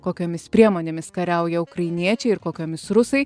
kokiomis priemonėmis kariauja ukrainiečiai ir kokiomis rusai